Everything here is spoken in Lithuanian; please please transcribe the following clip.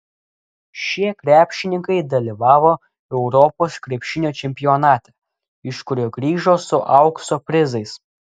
šie krepšininkai dalyvavo europos krepšinio čempionate iš kurio grįžo su aukso prizais